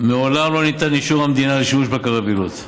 מעולם לא ניתן אישור מהמדינה לשימוש בקרווילות.